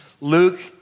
Luke